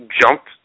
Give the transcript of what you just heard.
jumped